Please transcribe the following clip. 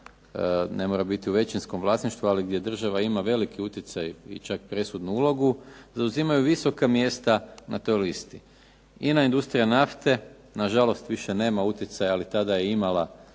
ne mora biti u većinskom vlasništvu, ali gdje država ima veliki utjecaj i čak presudnu ulogu zauzimaju visoka mjesta na toj listi. INA industrija nafte na žalost više nema utjecaja, ali tada je imala